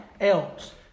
else